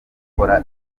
gukora